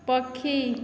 ପକ୍ଷୀ